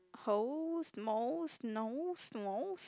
hose mose nose mose